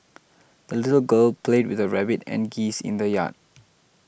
the little girl played with her rabbit and geese in the yard